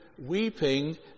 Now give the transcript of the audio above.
Weeping